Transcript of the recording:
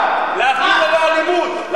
להפגין ללא אלימות.